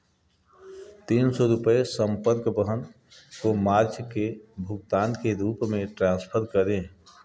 तीन सौ रुपये संपर्क बहन को मार्च के भुगतान के रूप में ट्रांसफर करें